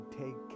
take